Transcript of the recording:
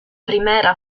primera